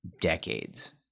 decades